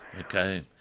Okay